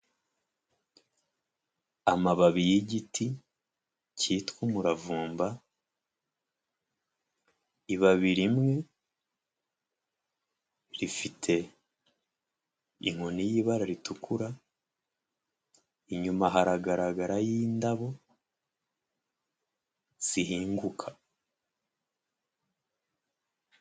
Amababi y'igiti, kitwa umuravumbababi, ibabi imwe rifite inkoni y'ibara ritukura, inyuma haragaragarayo indabo zihinguka.